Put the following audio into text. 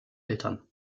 eltern